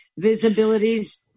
Visibilities